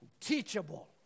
teachable